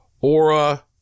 aura